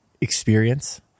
experience